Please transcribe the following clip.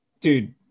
Dude